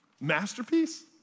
Masterpiece